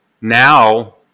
now